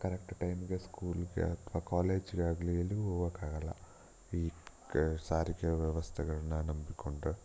correct ಟೈಮ್ಗೆ ಸ್ಕೂಲ್ಗೆ ಅಥ್ವ ಕಾಲೇಜ್ಗಾಗಲಿ ಎಲ್ಲಿಗೂ ಹೋಗೋಕಾಗಲ್ಲ ಈ ಕ ಸಾರಿಗೆ ವ್ಯವಸ್ಥೆಗಳ್ನ ನಂಬಿಕೊಂಡ್ರೆ